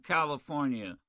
California